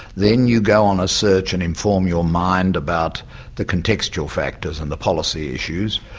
then you go on a search and inform your mind about the contextual factors and the policy issues,